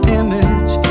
image